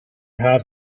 have